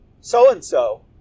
So-and-so